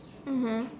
mmhmm